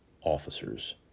officers